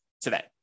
today